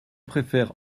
préfère